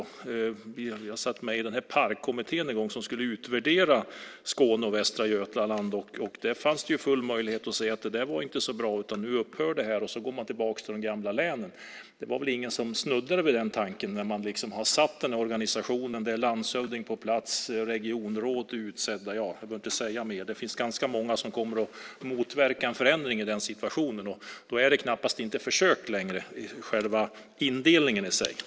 Jag satt med i Parkommittén en gång som skulle utvärdera Skåne och Västra Götaland. Det fanns full möjlighet att se att det inte var så bra, att det skulle upphöra och att man skulle gå tillbaka till de gamla länen. Det var väl ingen som snuddade vid den tanken när man hade satt organisationen med landshövding på plats och utsett regionråd. Jag behöver inte säga mer. Det finns ganska många som kommer att motverka en förändring i den situationen. Då är det knappast ett försök längre med själva indelningen.